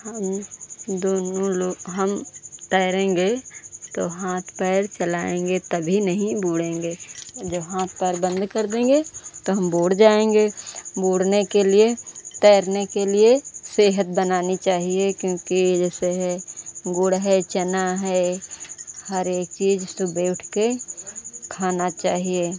हम दोनों लो हम तैरेंगे तो हाथ पैर चलाएंगे तभी नहीं बूड़ेंगे जब हाथ पैर बंद कर देंगे तो हम बूड जाएंगे बूड़ने के लिए तैरने के लिए सेहत बनानी चाहिए क्योंकि जैसे है गुड़ है चना है हर एक चीज़ सुबह उठकर खाना चाहिए